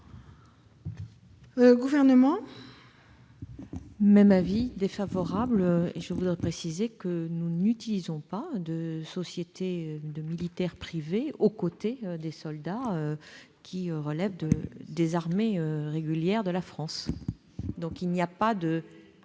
du Gouvernement ?